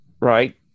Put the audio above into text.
Right